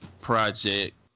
project